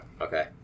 Okay